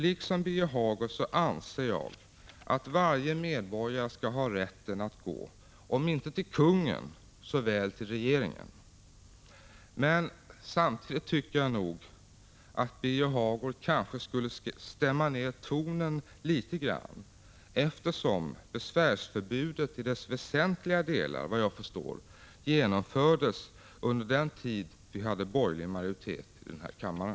Liksom Birger Hagård anser jag nämligen att varje medborgare skall ha rätten att gå om inte till kungen så till regeringen. Men samtidigt tycker jag nog att Birger Hagård borde stämma ned tonen litet grand, eftersom besvärsförbudet i dess väsentliga delar, såvitt jag förstår, genomfördes under den tid då vi hade borgerlig majoritet i denna kammare.